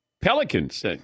Pelicans